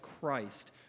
Christ